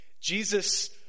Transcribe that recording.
Jesus